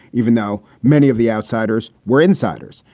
even though many of the outsiders were insiders.